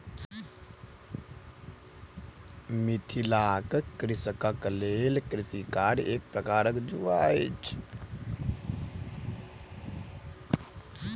मिथिलाक कृषकक लेल कृषि कार्य एक प्रकारक जुआ अछि